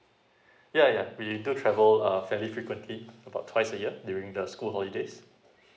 yeah yeah we do travel uh fairly frequently about twice a year during the school holidays